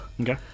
Okay